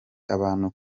abantu